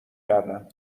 کردم